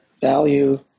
value